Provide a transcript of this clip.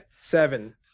Seven